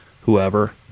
whoever